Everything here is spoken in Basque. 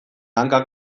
hankak